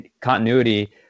continuity